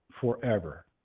forever